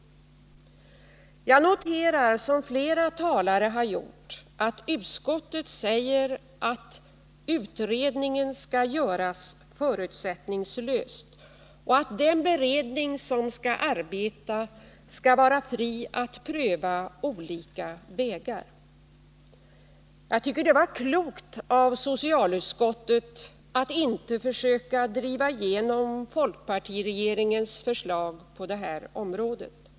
Jag noterar att utskottet säger att utredningen skall göras förutsättningslöst och att den beredning som skall arbeta skall vara fri att pröva olika vägar. Jag tycker det var klokt av socialutskottet att inte försöka driva igenom folkpartiregeringens förslag på det här området.